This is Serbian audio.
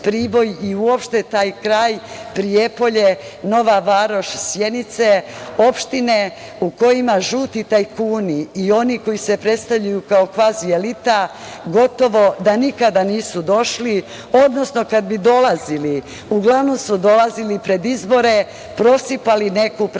i uopšte, taj kraj Prijepolje, Nova Varoš, Sjenice, opštine u kojima žuti tajkuni i oni koji se predstavljaju kao kvazi elita, gotovo da nikada nisu došli, odnosno kad bi dolazili, uglavnom bi dolazili pred izbore, prosipali neku prašinu